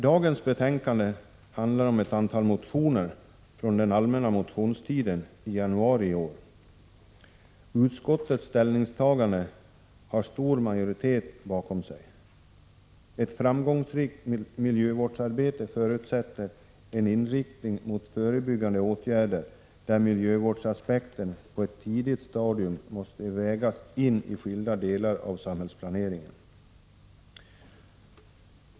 Detta betänkande behandlar ett antal motioner från den allmänna motionstiden i januari i år. Utskottets ställningstagande har stor majoritet bakom sig. Ett framgångsrikt miljövårdsarbete förutsätter en inriktning mot förebyggande åtgärder, där miljövårdsaspekten på ett tidigt stadium måste vägas in i skilda delar av samhällsplaneringen.